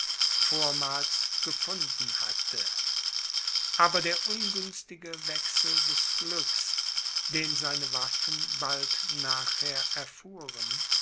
vormals gefunden hatte aber der ungünstige wechsel des glücks den seine waffen bald nachher erfuhren